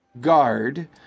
Guard